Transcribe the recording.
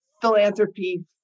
philanthropy